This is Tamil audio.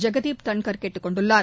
ஜெகதீப் தன்கேர் கேட்டுக் கொண்டுள்ளார்